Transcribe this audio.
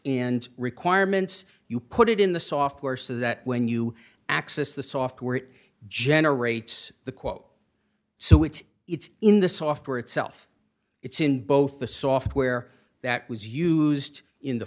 and requirements you put it in the software so that when you access the software it generates the quote so it's it's in the software itself it's in both the software that was used in the